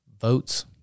votes